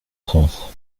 sens